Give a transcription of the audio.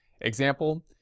Example